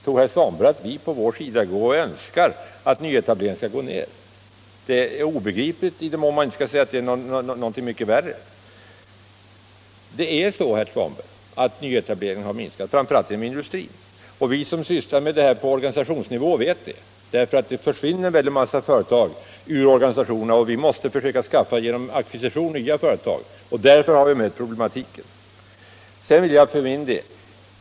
Tror herr Svanberg att vi från vår sida önskar att antalet nyetableringar skall minska? Det är ett obegripligt påstående — i den mån man inte skall säga någonting mycket värre. Det är faktiskt så, herr Svanberg, att antalet nyetableringar har minskat - framför allt inom industrin — och vi som sysslar med detta på organisationsnivå vet det. Det försvinner nämligen väldigt många företag ur organisationerna, och vi måste då försöka skaffa nya företag genom ackvisition. Där har vi mött denna problematik.